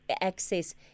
access